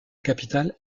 capitale